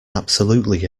absolutely